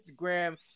Instagram